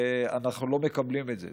אנחנו לא מקבלים את זה.